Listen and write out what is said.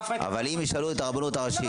אבל אם ישאלו את הרבנות הראשית,